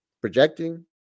projecting